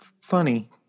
funny